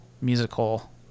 musical